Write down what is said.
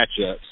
matchups